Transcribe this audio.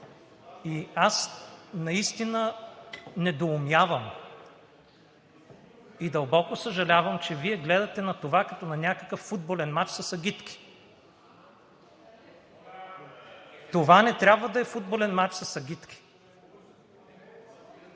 и аз наистина недоумявам и дълбоко съжалявам, че Вие гледате на това като на някакъв футболен мач с агитки. Това не трябва да е футболен мач с агитки!